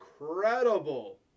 incredible